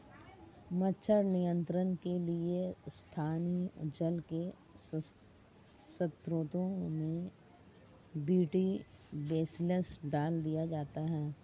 मच्छर नियंत्रण के लिए स्थानीय जल के स्त्रोतों में बी.टी बेसिलस डाल दिया जाता है